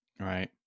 Right